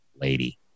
lady